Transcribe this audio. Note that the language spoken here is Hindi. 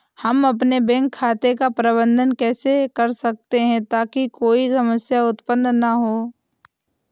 हम अपने बैंक खाते का प्रबंधन कैसे कर सकते हैं ताकि कोई समस्या उत्पन्न न हो?